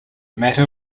matter